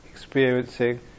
experiencing